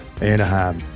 Anaheim